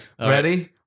Ready